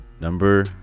number